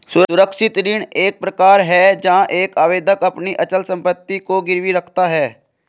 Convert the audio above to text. सुरक्षित ऋण एक प्रकार है जहां एक आवेदक अपनी अचल संपत्ति को गिरवी रखता है